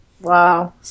Wow